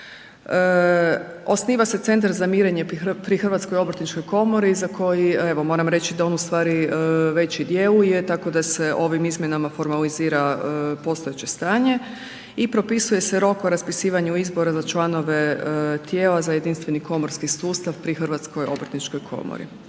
Osniva se Centar za mirenje pri HOK-u za koji evo, moram reći da on u stvari već i djeluje tako da se ovim izmjenama formalizira postojeće stanje i propisuje se rok o raspisivanju izbora za članove tijela za Jedinstveni komorski sustav pri HOK-u. To su ukratko izmjene